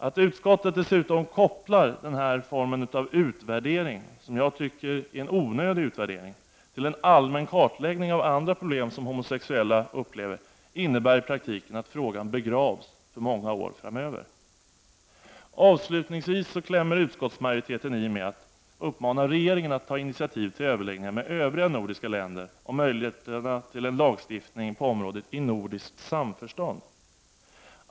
Att utskottet dessutom kopplar denna, som jag tycker, onödiga utvärdering till en allmän kartläggning av andra problem som homosexuella upplever innebär i praktiken att frågan begravs för många år framöver. Avslutningsvis klämmer utskottsmajoriteten i med att uppmana regeringen att ta initiativ till överläggningar med övriga nordiska länder om möj ligheterna till en lagstiftning på området i nordiskt samförstånd.